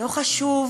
לא חשוב.